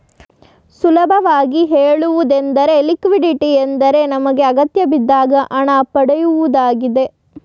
ಸುಲಭವಾಗಿ ಹೇಳುವುದೆಂದರೆ ಲಿಕ್ವಿಡಿಟಿ ಎಂದರೆ ನಮಗೆ ಅಗತ್ಯಬಿದ್ದಾಗ ಹಣ ಪಡೆಯುವುದಾಗಿದೆ